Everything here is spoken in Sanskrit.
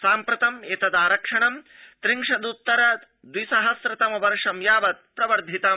साम्प्रतम् एतत् आरक्षणं त्रिंशदधिक द्वि सहस्र तम वर्षं यावत् प्रवर्धितम्